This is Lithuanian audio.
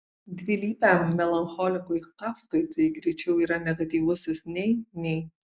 dvilypiam melancholikui kafkai tai greičiau yra negatyvusis nei nei